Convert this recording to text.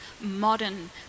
modern